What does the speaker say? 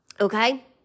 Okay